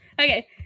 okay